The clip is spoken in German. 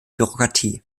bürokratie